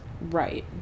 Right